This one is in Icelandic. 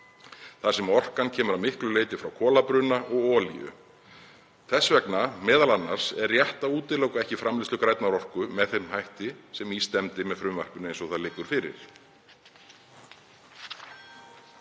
þar sem orkan kemur að miklu leyti frá kolabruna og olíu. Þess vegna, m.a., er rétt að útiloka ekki framleiðslu grænnar orku með þeim hætti sem í stefndi með frumvarpinu eins og það liggur fyrir.